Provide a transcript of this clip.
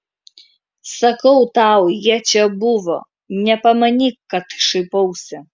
sakau tau jie čia buvo nepamanyk kad šaipausi